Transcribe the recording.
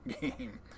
game